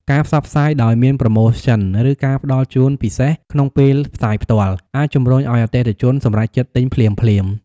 ការផ្សព្វផ្សាយដោយមានប្រូម៉ូសិន ឬការផ្តល់ជូនពិសេសក្នុងពេលផ្សាយផ្ទាល់ អាចជំរុញឲ្យអតិថិជនសម្រេចចិត្តទិញភ្លាមៗ។